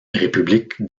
république